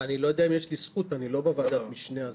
אין נמנעים,